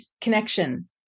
connection